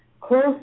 close